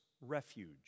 refuge